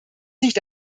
nicht